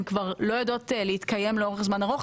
גם לא יודעות להתקיים לאורך זמן ארוך,